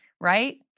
Right